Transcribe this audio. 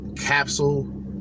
Capsule